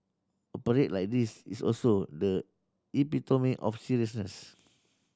a parade like this is also the epitome of seriousness